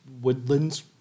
woodlands